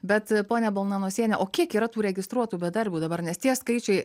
bet ponia balnanosiene o kiek yra tų registruotų bedarbių dabar nes tie skaičiai